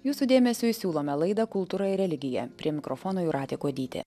jūsų dėmesiui siūlome laidą kultūra ir religija prie mikrofono jūratė kuodytė